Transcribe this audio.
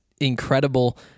incredible